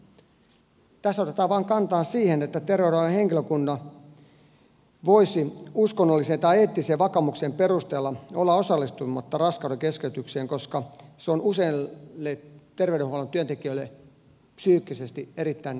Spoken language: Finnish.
tässä otetaan kantaa vain siihen että terveydenhuollon henkilökunta voisi uskonnollisen tai eettisen vakaumuksen perusteella olla osallistumatta raskaudenkeskeytykseen koska se on useille terveydenhuollon työntekijöille psyykkisesti erittäin raskas kokemus